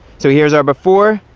so here's our before,